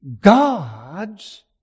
gods